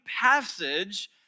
passage